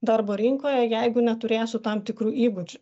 darbo rinkoje jeigu neturėsiu tam tikrų įgūdžių